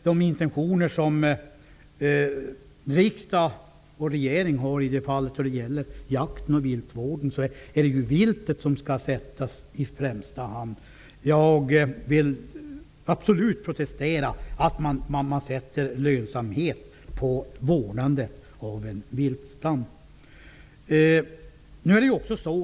Den intention som riksdag och regering har vad gäller jakt och viltvård är att viltvården skall sättas i främsta hand. Jag protesterar absolut mot att sätta lönsamhetskrav på vårdandet av en viltstam.